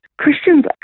Christians